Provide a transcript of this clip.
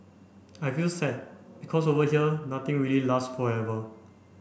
I feel sad because over here nothing really lasts forever